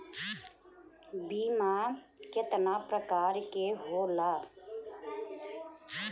बीमा केतना प्रकार के होला?